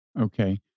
Okay